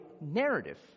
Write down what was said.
narrative